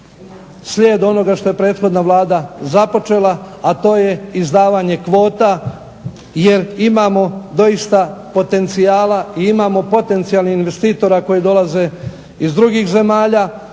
slijed onoga što je prethodna Vlada započela, a to je izdavanje kvota jer imamo doista potencijala i imamo potencijalnih investitora koji dolaze iz drugih zemalja